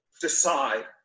decide